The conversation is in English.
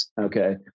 Okay